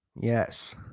yes